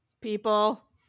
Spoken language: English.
People